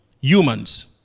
Humans